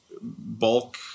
bulk